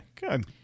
good